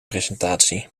presentatie